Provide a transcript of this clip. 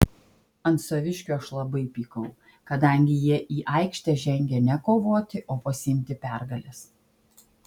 ant saviškių aš labai pykau kadangi jie į aikštę žengė ne kovoti o pasiimti pergalės